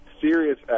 serious